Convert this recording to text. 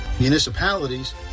municipalities